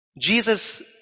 Jesus